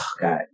God